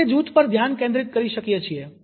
આપણે તે જૂથ પર ધ્યાન કેન્દ્રિત કરી શકીએ છીએ